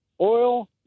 Oil